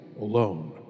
alone